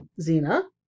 Zena